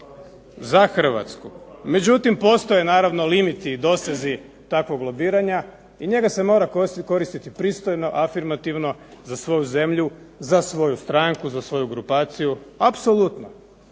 za Hrvatsku, međutim postoje naravno limiti i dosezi takvog lobiranja i njega se mora koristiti pristojno, afirmativno za svoju zemlju, za svoju stranku, za svoju grupaciju, apsolutno.